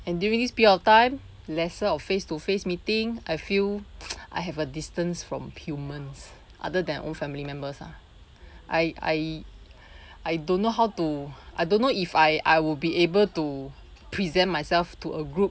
and during this period of time lesser of face to face meeting I feel I have a distance from humans other than own family members ah I I I don't know how to I don't know if I I will be able to present myself to a group